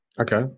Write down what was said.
Okay